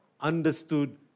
understood